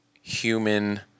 human